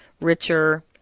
richer